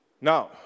Now